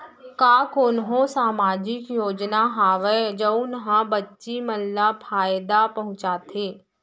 का कोनहो सामाजिक योजना हावय जऊन हा बच्ची मन ला फायेदा पहुचाथे?